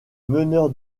meneur